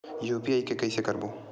UPI के कइसे करबो?